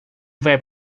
vai